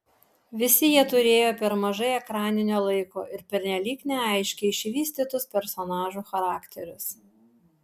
visi jie turėjo per mažai ekraninio laiko ir pernelyg neaiškiai išvystytus personažų charakterius